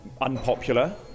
unpopular